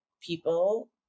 people